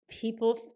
people